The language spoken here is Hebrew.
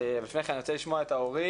לפני כן אני רוצה לשמוע את ההורים.